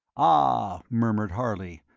ah, murmured harley,